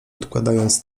odkładając